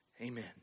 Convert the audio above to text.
Amen